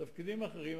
תפקידים אחרים,